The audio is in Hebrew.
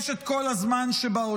יש את כל הזמן שבעולם.